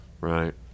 right